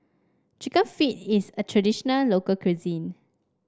chicken feet is a traditional local cuisine